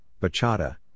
bachata